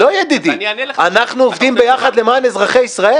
לא, ידידי, אנחנו עובדים ביחד למען אזרחי ישראל.